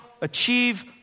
achieve